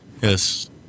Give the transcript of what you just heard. Yes